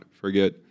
forget